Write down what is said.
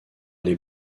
les